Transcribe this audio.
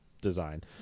design